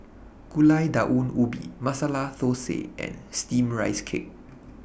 Gulai Daun Ubi Masala Thosai and Steamed Rice Cake